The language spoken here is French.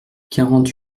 quarante